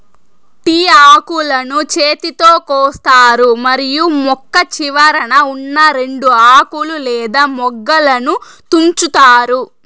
tea ఆకులను చేతితో కోస్తారు మరియు మొక్క చివరన ఉన్నా రెండు ఆకులు లేదా మొగ్గలను తుంచుతారు